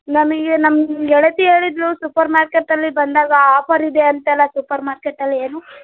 ನಮಗೆ ನಮ್ಮ ಗೆಳತಿ ಹೇಳಿದಳು ಸೂಪರ್ ಮಾರ್ಕೆಟ್ಟಲ್ಲಿ ಬಂದಾಗ ಆಫರ್ ಇದೆ ಅಂತೆಲ್ಲ ಸೂಪರ್ ಮಾರ್ಕೆಟ್ಟಲ್ಲಿ ಏನು